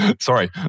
Sorry